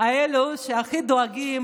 אלו שהכי דואגים,